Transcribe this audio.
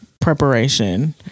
preparation